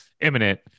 imminent